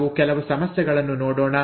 ನಾವು ಕೆಲವು ಸಮಸ್ಯೆಗಳನ್ನು ನೋಡೋಣ